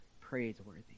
praiseworthy